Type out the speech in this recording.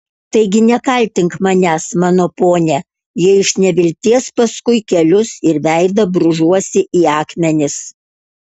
taigi nekaltink manęs mano pone jei iš nevilties paskui kelius ir veidą brūžuosi į akmenis